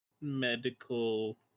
medical